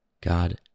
God